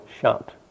shut